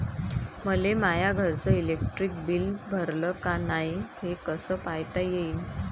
मले माया घरचं इलेक्ट्रिक बिल भरलं का नाय, हे कस पायता येईन?